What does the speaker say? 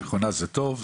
מכונה זה טוב,